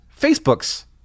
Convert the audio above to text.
Facebook's